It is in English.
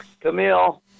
Camille